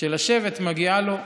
של השבט מגיעה לו.